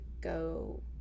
go